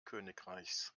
königreichs